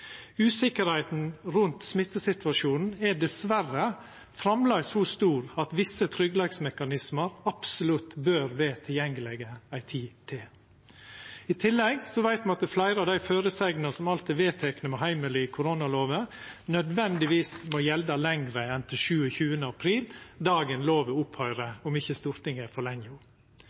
rundt smittesituasjonen er dessverre framleis så stor at enkelte tryggleiksmekanismar absolutt bør vera tilgjengelege ei tid til. I tillegg veit me at fleire av dei føresegnene som alt er vedtekne med heimel i koronalova, nødvendigvis må gjelda lenger enn til 27. april, den dagen lova opphøyrer, om ikkje Stortinget forlengjer ho. Så er